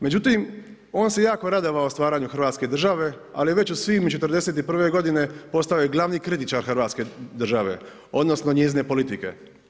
Međutim, on se jako radovao stvaranju Hrvatske države, ali je već u svibnju 1941. godine postao je glavni kritičar Hrvatske države, odnosno njezine politike.